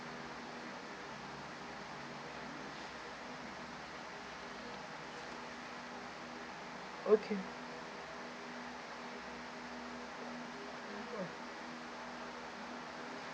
okay